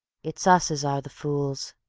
it's us as are the fools.